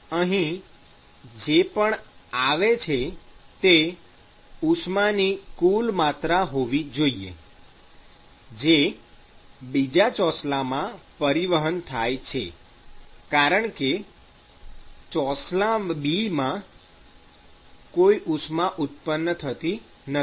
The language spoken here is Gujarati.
તેથી અહીં જે પણ આવે છે તે ઉષ્માની કુલ માત્રા હોવી જોઈએ જે બીજા ચોસલામાં પરિવહન થાય છે કારણ કે ચોસલા B માં કોઈ ઉષ્મા ઉત્પન્ન થતી નથી